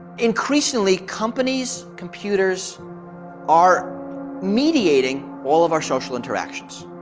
increasingly, company's computers are mediating all of our social interactions.